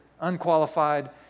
unqualified